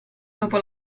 dopo